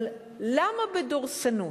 אבל למה בדורסנות?